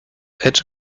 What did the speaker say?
edge